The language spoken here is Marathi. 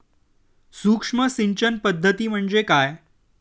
सूक्ष्म सिंचन पद्धती म्हणजे काय?